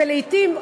ולעתים,